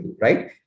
right